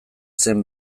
zen